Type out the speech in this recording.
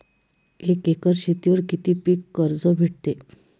एक एकर शेतीवर किती पीक कर्ज भेटते?